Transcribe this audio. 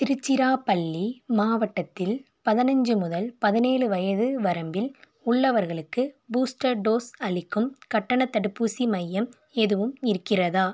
திருச்சிராபள்ளி மாவட்டத்தில் பதினஞ்சு முதல் பதினேழு வயது வரம்பில் உள்ளவர்களுக்கு பூஸ்டர் டோஸ் அளிக்கும் கட்டணத் தடுப்பூசி மையம் எதுவும் இருக்கிறதா